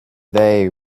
they